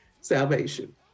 salvation